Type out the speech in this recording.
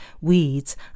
weeds